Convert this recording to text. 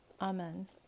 Amen